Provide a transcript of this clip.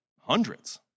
hundreds